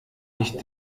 nicht